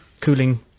cooling